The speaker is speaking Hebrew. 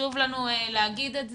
חשוב לנו להגיד את זה.